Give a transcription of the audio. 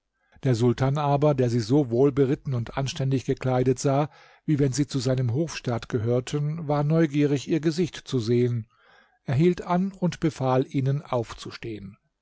der sultan aber der sie so wohlberitten und anständig gekleidet sah wie wenn sie zu seinem hofstaat gehörten war neugierig ihr gesicht zu sehen er hielt an und befahl ihnen aufzustehen